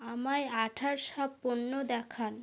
আমায় আঠার সব পণ্য দেখান